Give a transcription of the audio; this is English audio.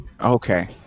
Okay